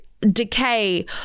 decay